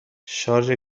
شارژ